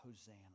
Hosanna